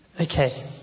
Okay